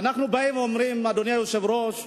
אדוני היושב-ראש,